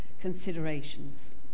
considerations